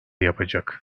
yapacak